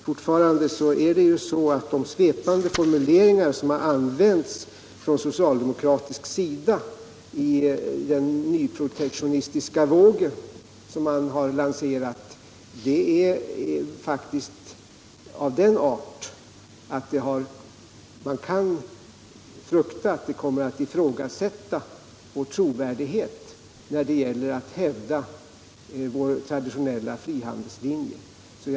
Fortfarande är det så, att de svepande formuleringar som används från socialdemokratisk sida i den nyprotektionistiska våg som man lanserat faktiskt är av den arten att vi kan frukta att vår trovärdighet när det gäller att hävda vår traditionella frihandelslinje kan komma att ifrågasättas.